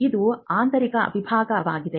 ಇದು ಆಂತರಿಕ ವಿಭಾಗವಾಗಿದೆ